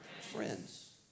Friends